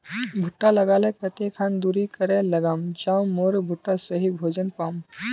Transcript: भुट्टा लगा ले कते खान दूरी करे लगाम ज मोर भुट्टा सही भोजन पाम?